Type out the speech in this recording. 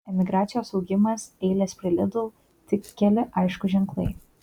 emigracijos augimas eilės prie lidl tik keli aiškūs ženklai